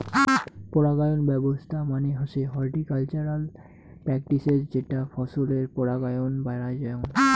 পরাগায়ন ব্যবছস্থা মানে হসে হর্টিকালচারাল প্র্যাকটিসের যেটা ফছলের পরাগায়ন বাড়াযঙ